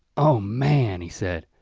oh man he said,